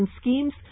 Schemes